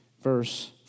verse